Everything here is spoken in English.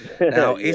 Now